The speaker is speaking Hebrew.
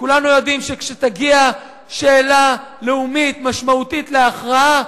כולנו יודעים שכשתגיע שאלה לאומית משמעותית להכרעה,